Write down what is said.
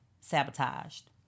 sabotaged